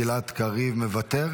כבר עכשיו מאיימים --- חברת הכנסת טלי.